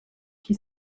qui